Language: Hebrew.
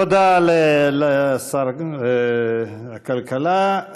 תודה לשר הכלכלה.